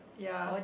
ya